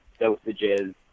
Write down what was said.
dosages